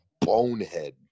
bonehead